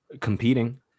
competing